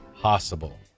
possible